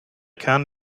kern